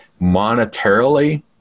monetarily